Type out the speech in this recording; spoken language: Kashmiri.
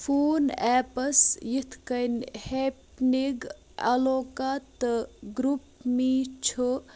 فون ایپس یتھٕ کٔنۍ ہیپنِنٛگ الوکا تہٕ گرٛوٗپ می چھُ